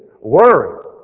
worry